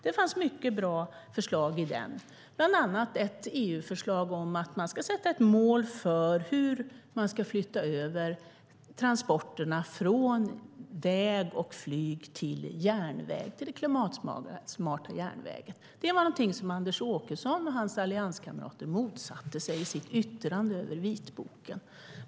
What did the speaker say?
Det fanns mycket bra förslag i den, bland annat ett EU-förslag om att man ska sätta ett mål för hur man ska flytta över transporterna från väg och flyg till den klimatsmarta järnvägen. Detta var någonting Anders Åkesson och hans allianskamrater motsatte sig i sitt yttrande över vitboken.